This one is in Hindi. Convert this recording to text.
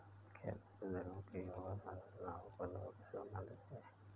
क्या ब्याज दरों की अवधि संरचना उपज वक्र से संबंधित है?